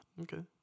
Okay